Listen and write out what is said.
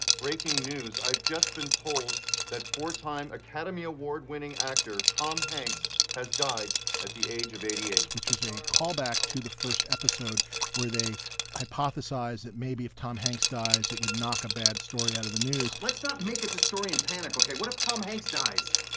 breaking news i've just been told that four time academy award winning actor tom hanks has died at the age of eighty eight, which is a callback to the first episode where they hypothesize that maybe if tom hanks dies, it would knock a bad story out of the news let's not make it a story in panic. okay? what if tom hanks dies?